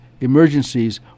Emergencies